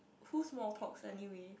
cool small talks anyway